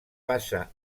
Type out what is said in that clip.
passa